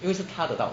因为是他的道理